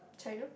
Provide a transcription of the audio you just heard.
China